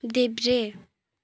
देब्रे